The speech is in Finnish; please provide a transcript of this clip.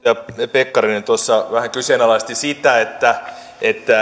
pekkarinen tuossa vähän kyseenalaisti sitä että